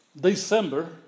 December